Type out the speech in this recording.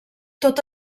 tot